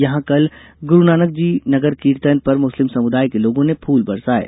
यहां कल गुरूनानक जी नगर कीर्तिन पर मुस्लिम समुदाय के लोगों ने फूल बरसाये